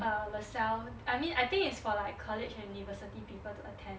uh LASALLE I mean I think it's for like college and university people to attend